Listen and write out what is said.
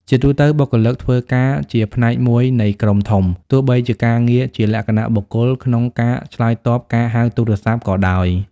ជាទូទៅបុគ្គលិកធ្វើការជាផ្នែកមួយនៃក្រុមធំ ទោះបីជាការងារជាលក្ខណៈបុគ្គលក្នុងការឆ្លើយតបការហៅទូរស័ព្ទក៏ដោយ។